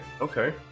okay